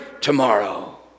tomorrow